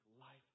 life